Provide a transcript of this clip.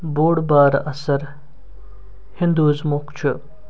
بوٚڈ بارٕ اثَر ہِنٛدوٗاِزمُک چھِ